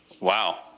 Wow